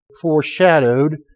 foreshadowed